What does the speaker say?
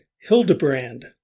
Hildebrand